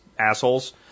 assholes